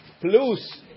plus